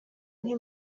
nk’i